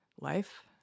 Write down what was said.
life